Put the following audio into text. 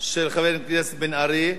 של חבר הכנסת מיכאל בן-ארי: